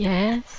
Yes